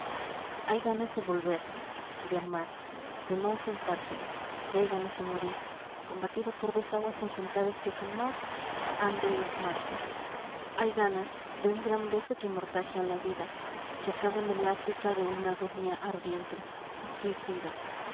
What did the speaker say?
hay ganas de volver de amar de no ausentarse y hay ganas de morir combatido por dos aguas encontradas que jamás han de istmarse amortaje a la vida hay ganas de un gran beso que que acaba en el áfrica de una agonía ardiente suicida